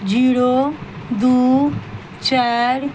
zero दू चारि